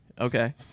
Okay